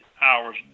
hours